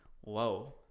whoa